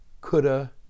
coulda